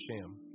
Sham